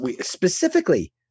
specifically